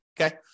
okay